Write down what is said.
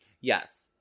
Yes